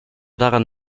daran